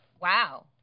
Wow